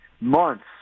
months